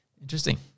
Interesting